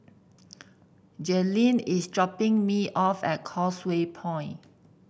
Jailene is dropping me off at Causeway Point